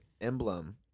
emblem